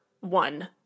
one